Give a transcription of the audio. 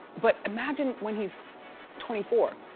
but imagine when he's twenty four,